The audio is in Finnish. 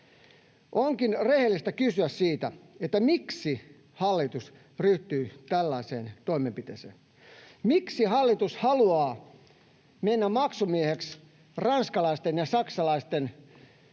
Onkin rehellistä kysyä, miksi hallitus ryhtyi tällaiseen toimenpiteeseen. Miksi hallitus haluaa mennä maksumieheksi ranskalaisten ja saksalaisten vaatimuksesta,